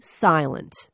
silent